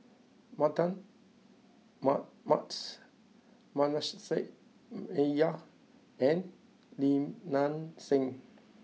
Mardan Mamats Manasseh Meyer and Lim Nang Seng